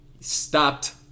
Stopped